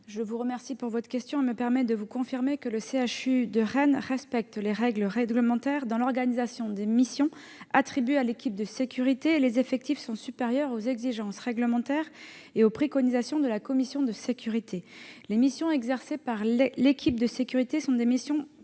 je vous remercie pour votre question, qui me permet de vous confirmer que le CHU de Rennes respecte les dispositions réglementaires en matière d'organisation des missions attribuées à l'équipe de sécurité. Les effectifs sont supérieurs aux exigences réglementaires et aux préconisations de la commission de sécurité. Les missions exercées par l'équipe de sécurité sont prévues